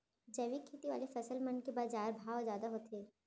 जैविक खेती वाले फसल मन के बाजार भाव जादा होथे